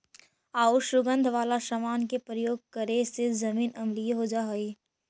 आउ सुगंध वाला समान के प्रयोग करे से जमीन अम्लीय हो जा हई